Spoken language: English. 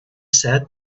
said